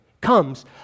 comes